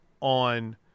on